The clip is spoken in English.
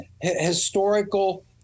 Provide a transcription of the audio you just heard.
historical